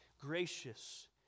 gracious